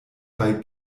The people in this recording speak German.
bei